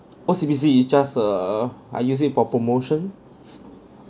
O_C_B_C is just err I use it for promotion